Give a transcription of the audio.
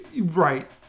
Right